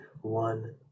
one